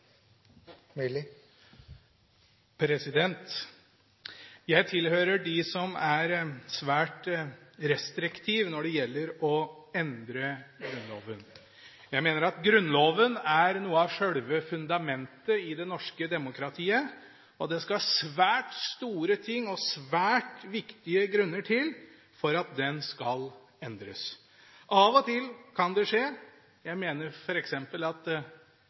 norske folk. Jeg tilhører dem som er svært restriktive når det gjelder å endre Grunnloven. Jeg mener at Grunnloven er noe av sjølve fundamentet i det norske demokratiet, og at det skal svært store ting og svært viktige grunner til for at den skal endres. Av og til kan det skje. Jeg mener f.eks. at